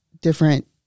different